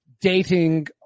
dating